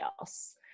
else